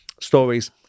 stories